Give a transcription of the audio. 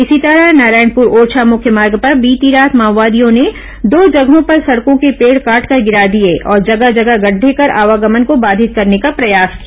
इसी तरह नारायणपुर ओरछा मुख्य मार्ग पर बीती रात माओवादियों ने दो जगहों पर सड़कों के पेड़ काटकर गिरा दिए और जगह जगह गढढे कर आवागमन को बाधित करने का प्रयास किया